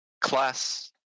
class